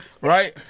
Right